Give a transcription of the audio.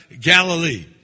Galilee